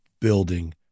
building